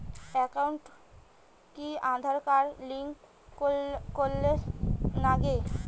একাউন্টত কি Aadhaar card link করের নাগে?